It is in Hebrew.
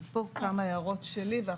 כאן כמה הערות שלי.